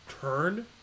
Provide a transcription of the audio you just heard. Turn